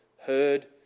heard